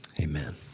Amen